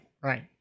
right